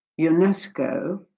unesco